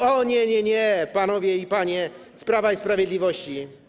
O nie, nie, panowie i panie z Prawa i Sprawiedliwości.